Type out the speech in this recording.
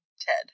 Ted